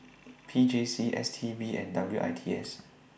P J C S T B and W I T S